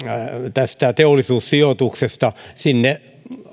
teollisuussijoituksesta sinne